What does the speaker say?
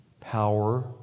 power